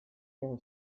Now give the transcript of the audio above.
der